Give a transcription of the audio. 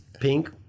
pink